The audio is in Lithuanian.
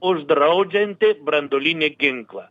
uždraudžianti branduolinį ginklą